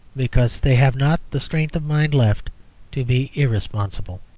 because they have not the strength of mind left to be irresponsible.